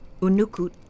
Unukut